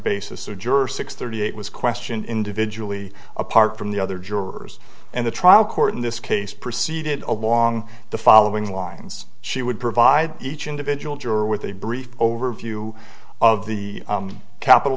basis or juror six thirty eight was questioned individually apart from the other jurors and the trial court in this case proceeded along the following lines she would provide each individual juror with a brief overview of the capital